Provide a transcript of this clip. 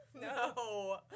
No